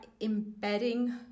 embedding